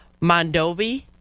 Mondovi